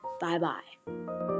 bye-bye